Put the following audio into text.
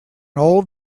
old